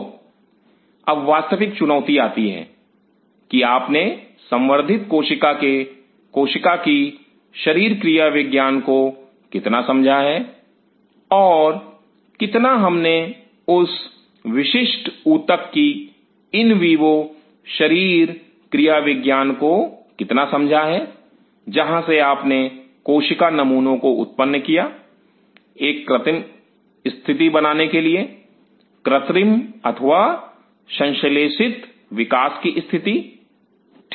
तो अब वास्तविक चुनौती आती है कि आपने संवर्धित कोशिका के कोशिका की शरीर क्रियाविज्ञान को कितना समझा है और कितना हमने उस विशिष्ट ऊतक की इन वीवो शरीर क्रियाविज्ञान को कितना समझा है जहां से आपने कोशिका नमूनों को उत्पन्न किया एक कृत्रिम स्थिति बनाने के लिए कृत्रिम अथवा संश्लेषित विकास की स्थिति ठीक